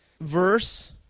verse